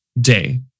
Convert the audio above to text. day